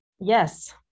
yes